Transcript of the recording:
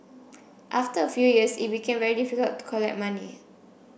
after a few years it became very difficult to collect money